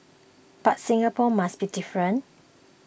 but Singapore must be different